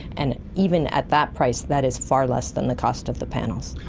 and even at that price that is far less than the cost of the panels.